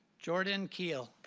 jordan kiel.